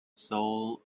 soul